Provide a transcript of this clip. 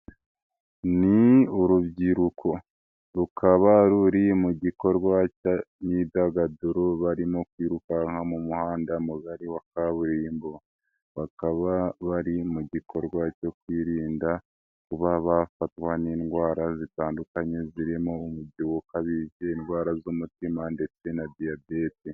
Ni urubyiruko rukaba, ruri mu gikorwa cy'imyidagaduro, barimo kwirukanka mu muhanda mugari wa kaburimbo, bakaba bari mu gikorwa cyo kwirinda kuba bafatwa n'indwara zitandukanye, zirimo umubyibuho ukabije, indwara z'umutima, ndetse na diyabete.